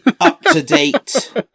up-to-date